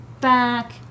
back